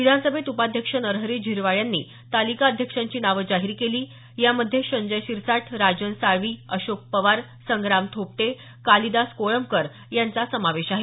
विधानसभेत उपाध्यक्ष नरहरी झिरवाळ यांनी तालिका अध्यक्षांची नावं जाहीर केली यामध्ये संजय शिरसाट राजन साळवी अशोक पवार संग्राम थोपटे कालिदास कोळंबकर यांचा समावेश आहे